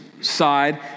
side